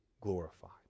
glorified